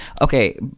Okay